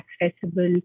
accessible